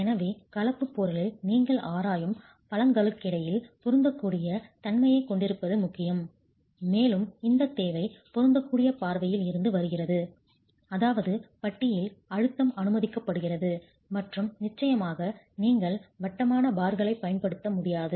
எனவே கலப்புப் பொருளில் நீங்கள் ஆராயும் பலங்களுக்கிடையில் பொருந்தக்கூடிய தன்மையைக் கொண்டிருப்பது முக்கியம் மேலும் இந்தத் தேவை பொருந்தக்கூடிய பார்வையில் இருந்து வருகிறது அதாவது பட்டியில் அழுத்தம் அனுமதிக்கப்படுகிறது மற்றும் நிச்சயமாக நீங்கள் வட்டமான பார்களைப் பயன்படுத்த முடியாது